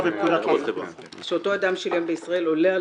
--- חברה בפקודת --- "שאותו אדם שילם בישראל עולה על